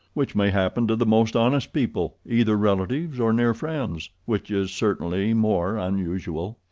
which may happen to the most honest people either relatives or near friends, which is certainly more unusual.